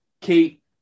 Kate